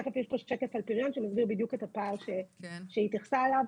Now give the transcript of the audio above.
תכף יש פה שקף על פריון שמסביר בדיוק את הפער שהיא התייחסה אליו.